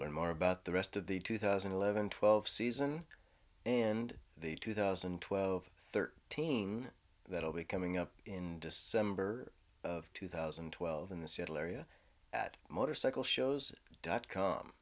learn more about the rest of the two thousand and eleven twelve season and the two thousand and twelve thirteen that will be coming up in december of two thousand and twelve in the seattle area at motorcycle shows dot com